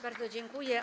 Bardzo dziękuję.